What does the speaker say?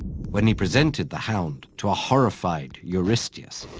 when he presented the hound to a horrified eurystheus,